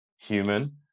human